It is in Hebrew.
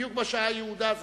בדיוק בשעה היעודה.